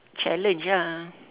challenge ah